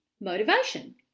motivation